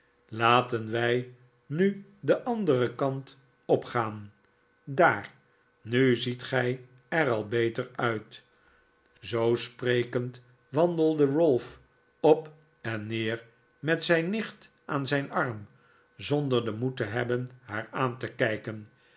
laten wij nu den anderen kant opgaan daar nu ziet gij er al beter uit zoo sprekend wandelde ralph op en neer met zijn nicht aan zijn arm zonder den moed te hebben haar aan te kijken